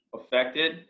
affected